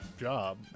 job